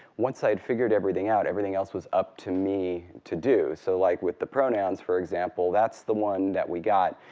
once i'd figured everything out, everything else was up to me to do. so like with the pronouns, for example, that's the one that we got.